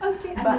okay understand